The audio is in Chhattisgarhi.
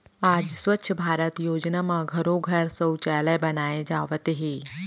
आज स्वच्छ भारत योजना म घरो घर सउचालय बनाए जावत हे